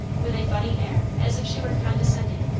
with a funny air as if she were condescending,